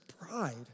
pride